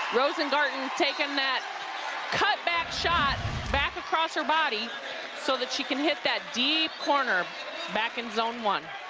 rosengarten taking that cutback shot back across her body so that she can hit that deep corner back in zone one.